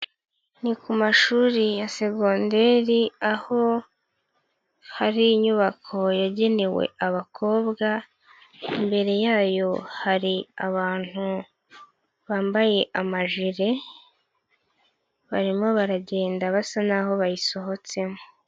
Ni ku mashuri ya seconndari, aho hari inyubako yagenewe abakobwa, imbere yayo hari abantu, bambaye amajire, barimo baragenda, basa n'aho bayisohotsemo.